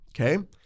Okay